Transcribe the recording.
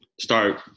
start